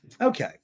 Okay